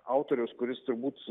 autorius kuris turbūt